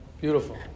Beautiful